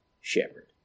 shepherd